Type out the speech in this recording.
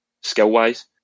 skill-wise